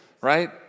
right